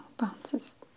Bounces